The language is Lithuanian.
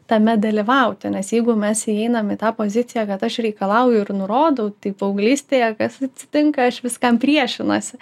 tame dalyvauti nes jeigu mes įeinam į tą poziciją kad aš reikalauju ir nurodau tai paauglystėje kas atsitinka aš viskam priešinuosi